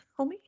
homie